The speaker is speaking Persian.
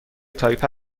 تایپه